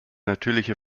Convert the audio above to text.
natürliche